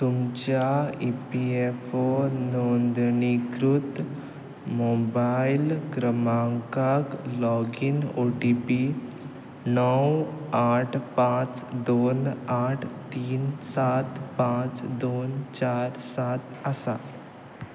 तुमच्या ईपीएफओ नोंदणीकृत मोबायल क्रमांकाक लॉगीन ओ टी पी णव आठ पांच दोन आठ तीन सात पांच दोन चार सात आसा